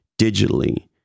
digitally